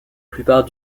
plupart